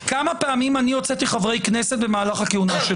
מהסטודנטים, למי שילך ויתמוך ברפורמה.